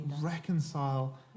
reconcile